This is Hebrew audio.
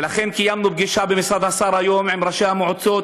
ולכן קיימנו פגישה במשרד השר היום עם ראשי המועצות